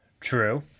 True